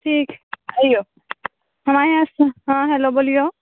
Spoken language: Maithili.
ठीक अइऔ नमस्ते हँ हेलो बोलिऔ